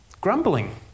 Grumbling